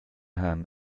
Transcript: herrn